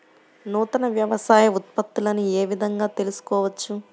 నూతన వ్యవసాయ ఉత్పత్తులను ఏ విధంగా తెలుసుకోవచ్చు?